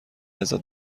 ازت